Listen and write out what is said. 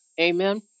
Amen